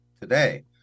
today